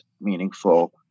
meaningful